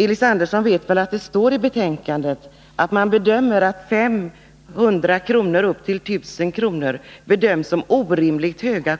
Elis Andersson vet väl att det står i betänkandet att man bedömer kostnader från 500 kr. och upp till 1000 kr. som orimligt höga.